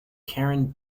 karen